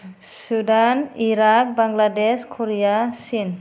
Sudan Iraq Bangladesh Korea China